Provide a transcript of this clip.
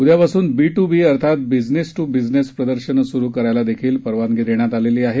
उद्यापासून B to B अर्थात business to business प्रदर्शनं स्रु करायलाही परवानगी दिली आहे